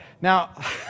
Now